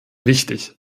wichtig